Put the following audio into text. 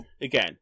again